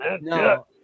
No